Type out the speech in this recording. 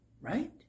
right